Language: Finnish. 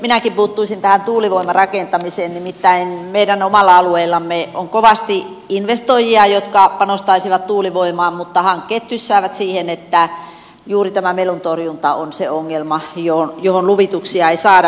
minäkin puuttuisin tähän tuulivoimarakentamiseen nimittäin meidän omalla alueellamme on kovasti investoijia jotka panostaisivat tuulivoimaan mutta hankkeet tyssäävät siihen että juuri tämä meluntorjunta on se ongelma jonka takia luvituksia ei saada